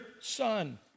son